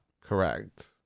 Correct